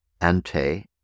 Ante